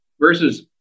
versus